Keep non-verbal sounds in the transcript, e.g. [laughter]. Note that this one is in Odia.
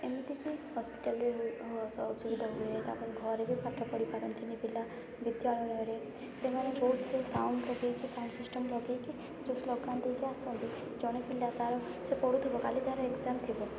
ଏମିତି କି ହସ୍ପିଟାଲ୍ରେ [unintelligible] ଅସୁବିଧା ହୁଏ ତା'ପରେ ଘରେ ବି ପାଠ ପଢ଼ି ପାରନ୍ତିନି ପିଲା ବିଦ୍ୟାଳୟରେ ସେମାନେ ବହୁତ ସବୁ ସାଉଣ୍ଡ୍ ଲଗେଇକି ସାଉଣ୍ଡ୍ ସିଷ୍ଟମ୍ ଲଗେଇକି ଯୋଉ ସ୍ଲୋଗାନ୍ ଦେଇକି ଆସନ୍ତି ଜଣେ ପିଲା ତା'ର ସେ ପଢ଼ୁଥିବ କାଲି ତା'ର ଏଗ୍ଜାମ୍ ଥିବ